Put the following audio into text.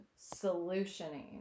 solutioning